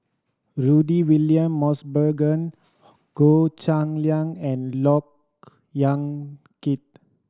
Rudy William Mosbergen Goh Cheng Liang and Look Yan Kit